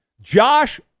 Josh